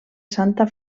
santa